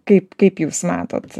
kaip kaip jūs matot